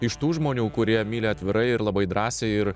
iš tų žmonių kurie myli atvirai ir labai drąsiai ir